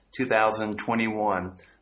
2021